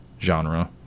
genre